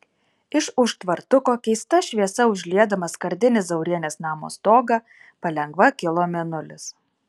iš už tvartuko keista šviesa užliedamas skardinį zaurienės namo stogą palengva kilo mėnulis